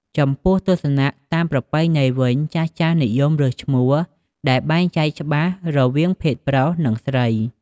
ចំពោះទស្សនៈតាមប្រពៃណីវិញ ចាស់ៗនិយមរើសឈ្មោះដែលបែងចែកច្បាស់រវាងភេទប្រុស និង ស្រី។